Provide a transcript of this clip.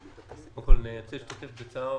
קודם כול, אני רוצה להשתתף בצער